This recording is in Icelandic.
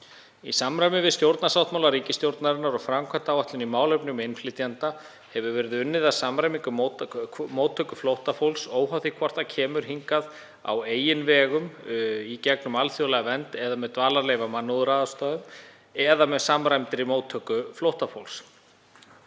Í samræmi við stjórnarsáttmála ríkisstjórnarinnar og framkvæmdaáætlun í málefnum innflytjenda hefur verið unnið að samræmdri móttöku flóttafólks, óháð því hvort það kemur á eigin vegum, í gegnum alþjóðlega vernd eða dvalarleyfi af mannúðarástæðum eða með samræmdri móttöku flóttafólks.